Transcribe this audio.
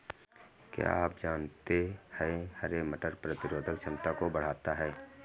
क्या आप जानते है हरे मटर प्रतिरोधक क्षमता को बढ़ाता है?